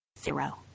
Zero